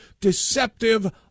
deceptive